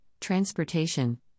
transportation